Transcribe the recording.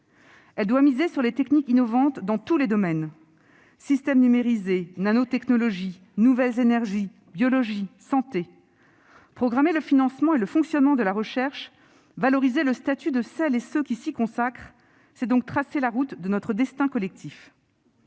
et donc à miser sur les techniques innovantes dans tous les domaines : systèmes numérisés, nanotechnologies, nouvelles énergies, biologie, santé. Programmer le financement et le fonctionnement de la recherche, valoriser le statut de celles et ceux qui s'y consacrent, c'est donc tracer la route de notre destin collectif.